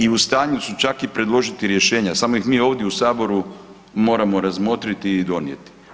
I u stanju su čak i predložiti rješenja, samo ih mi ovdje u Saboru moramo razmotriti i donijeti.